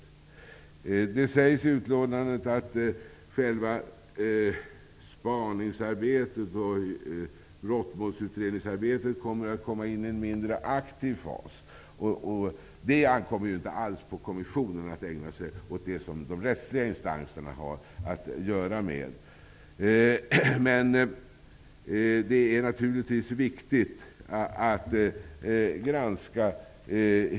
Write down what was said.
I utlåtandet sägs det att själva spaningsarbetet och brottmålsutredningsarbetet kommer att komma in i en mindre aktiv fas. Att ägna sig åt det som de rättsliga instanserna har att arbeta med ankommer ju inte alls på kommissionen.